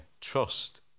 trust